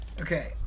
Okay